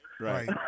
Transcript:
Right